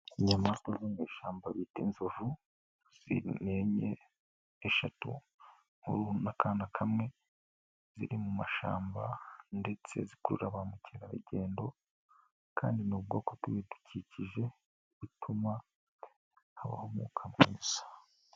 Inyamaswa z'amashyamba bita inzovu eshatu nkuru n'akana kamwe, ziri mu mumashyamba ndetse zikurura ba mukerarugendo, kandi ni ubwoko bw'ibidukikije butuma habaho umwuka mwiza.